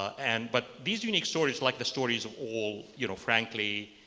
and but these unique stories like the stories of all, you know, frankly